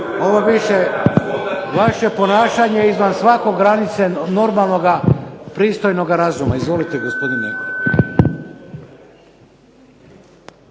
Ovo više, vaše ponašanje je izvan svake granice normalnoga, pristojnoga razuma. Izvolite, gospodine.